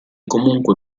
comunque